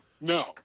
No